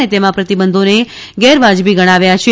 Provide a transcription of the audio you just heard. અને તેમાં પ્રતિબંધોને ગેરવાજબી ગણાવ્યા છે